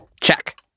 Check